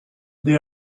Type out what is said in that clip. they